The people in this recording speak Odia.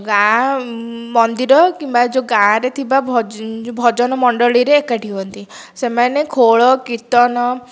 ଗାଁ ମନ୍ଦିର କିମ୍ବା ଯେଉଁ ଗାଁରେ ଥିବା ଯେଉଁ ଭଜନ ମଣ୍ଡଳୀରେ ଏକାଠି ହୁଅନ୍ତି ସେମାନେ ଖୋଳ କୀର୍ତ୍ତନ